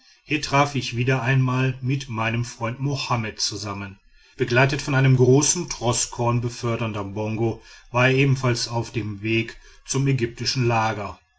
hier traf ich wieder einmal mit meinem freund mohammed zusammen begleitet von einem großen troß korn befördernder bongo war er ebenfalls auf dem weg zum ägyptischen lager